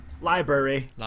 Library